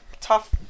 tough